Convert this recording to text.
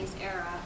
era